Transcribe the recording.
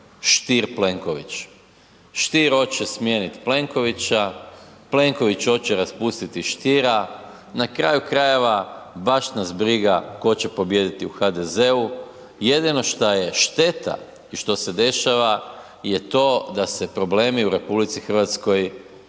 Stier-Plenković. Stier hoće smijeniti Plenkovića. Plenković hoće raspustiti Stiera, na kraju krajeva, baš nas briga tko će pobijediti u HDZ-u. jedino što je šteta je što se dešava da se problemi u RH ne rješavaju